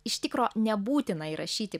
iš tikro nebūtina įrašyti